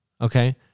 okay